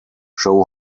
show